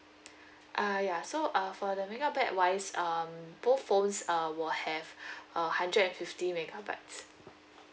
uh ya so uh for the megabyte wise um both phones uh will have a hundred and fifty megabytes